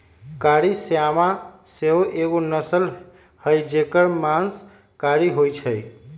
कारी श्यामा सेहो एगो नस्ल हई जेकर मास कारी होइ छइ